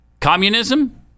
communism